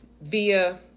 via